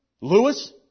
Lewis